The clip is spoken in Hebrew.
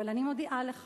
אבל אני מודיעה לך